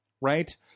right